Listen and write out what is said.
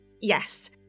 Yes